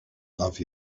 love